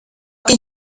can